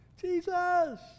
Jesus